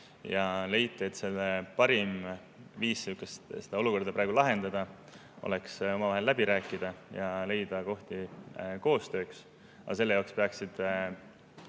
ja leiti, et parim viis seda olukorda lahendada oleks omavahel läbi rääkida ja leida kohti koostööks. Aga selle jaoks peaksid